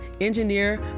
Engineer